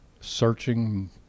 searching